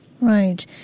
Right